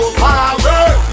power